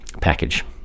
package